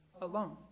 alone